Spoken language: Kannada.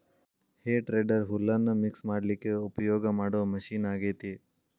ಹೇ ಟೆಡ್ದೆರ್ ಹುಲ್ಲನ್ನ ಮಿಕ್ಸ್ ಮಾಡ್ಲಿಕ್ಕೆ ಉಪಯೋಗ ಮಾಡೋ ಮಷೇನ್ ಆಗೇತಿ